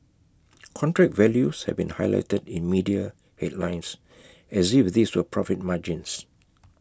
contract values have been highlighted in media headlines as if these were profit margins